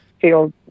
feel